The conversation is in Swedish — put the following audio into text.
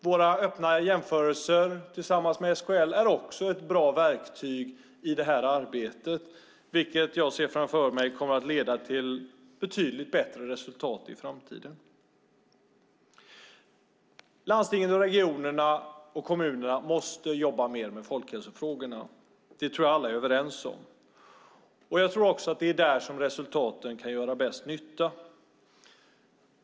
Våra öppna jämförelser tillsammans med SKL är också ett bra verktyg i det här arbetet. Jag ser framför mig att det kommer att leda till betydligt bättre resultat i framtiden. Landstingen, regionerna och kommunerna måste jobba mer med folkhälsofrågorna. Det tror jag att alla är överens om. Jag tror också att det är där som resultaten kan göra bäst nytta.